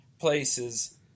places